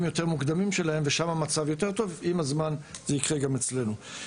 יותר מוקדמים שלהם ושם המצב יותר טוב ועם הזמן זה יקרה גם עצמנו.